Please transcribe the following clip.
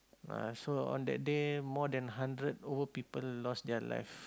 ah so on that day more than hundred over people lost their life